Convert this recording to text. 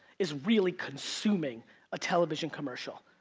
is really consuming a television commercial.